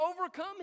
overcome